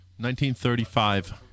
1935